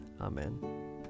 Amen